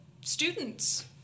students